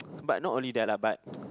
but not only that lah but